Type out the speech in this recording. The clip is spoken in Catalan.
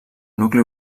nucli